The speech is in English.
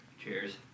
Cheers